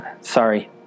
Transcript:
sorry